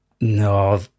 no